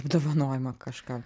apdovanojimą kažkam